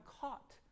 caught